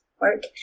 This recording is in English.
work